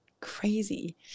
Crazy